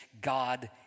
God